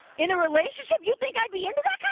in a relationship? you think i'd be into that kind